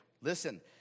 Listen